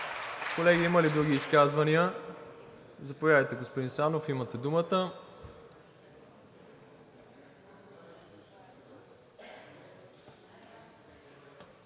Колеги, има ли други изказвания? Заповядайте, господин Сандов, имате думата.